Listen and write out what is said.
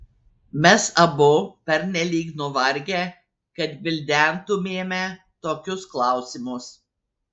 mes abu pernelyg nuvargę kad gvildentumėme tokius klausimus